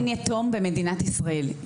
אין יתום במדינת ישראל.